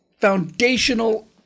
foundational